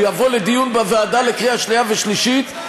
הוא יבוא לדיון בוועדה לקריאה שנייה ושלישית,